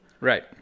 Right